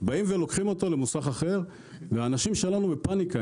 באים ולוקחים אותו למוסך אחר והאנשים שלנו בפניקה.